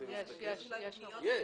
לא.